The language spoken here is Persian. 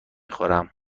خورم